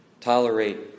tolerate